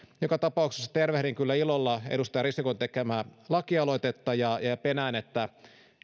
joka tapauksessa tervehdin kyllä ilolla edustaja risikon tekemää lakialoitetta ja ja penään että